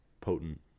potent